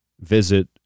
visit